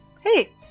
Hey